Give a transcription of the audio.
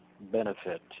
benefit